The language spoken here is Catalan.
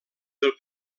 del